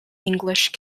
english